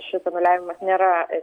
šis savivaliavimas nėra